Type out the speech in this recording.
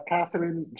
Catherine